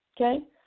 okay